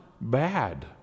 bad